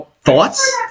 Thoughts